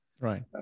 Right